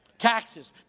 Taxes